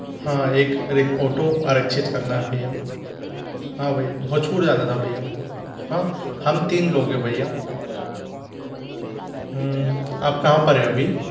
हाँ एक रिक ऑटो आरक्षित करना है भैया हाँ भैया भोजपुर जाना था भैया हाँ हम तीन लोग है भैया आप कहाँ पर हैं अभी